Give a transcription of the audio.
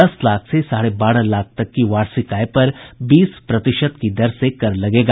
दस लाख से साढ़े बारह लाख तक की वार्षिक आय पर बीस प्रतिशत की दर से कर लगेगा